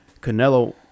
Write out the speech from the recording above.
Canelo